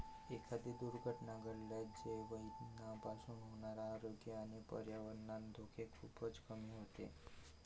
एखादी दुर्घटना घडल्यास जैवइंधनापासून होणारे आरोग्य आणि पर्यावरणीय धोके खूपच कमी होतील